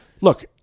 look